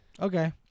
Okay